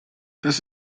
das